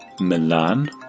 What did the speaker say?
Milan